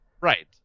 Right